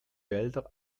wälder